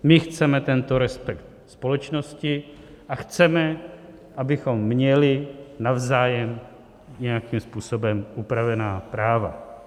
My chceme tento respekt společnosti a chceme, abychom měli navzájem nějakým způsobem upravená práva.